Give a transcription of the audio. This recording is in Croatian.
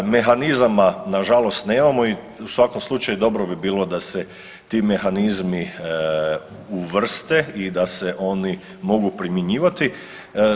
Mehanizama nažalost nemamo i u svakom slučaju dobro bi bilo da se ti mehanizmi uvrste i da se oni mogu primjenjivati.